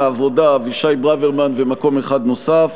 העבודה: אבישי ברוורמן ומקום אחד נוסף.